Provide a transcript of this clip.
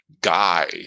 guy